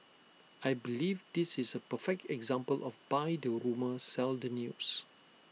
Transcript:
I believe this is A perfect example of buy the rumour sell the news